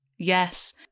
Yes